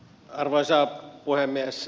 arvoisa puhemies